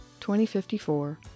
2054